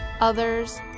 others